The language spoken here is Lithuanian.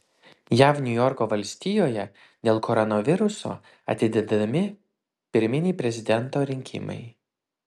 jav niujorko valstijoje dėl koronaviruso atidedami pirminiai prezidento rinkimai